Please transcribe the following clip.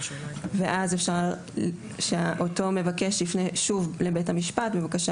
אז אפשר שאותו מבקש יפנה שוב לבית המשפט בבקשה